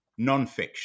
nonfiction